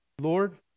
Lord